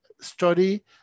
study